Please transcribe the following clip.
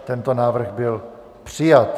Tento návrh byl přijat.